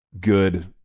good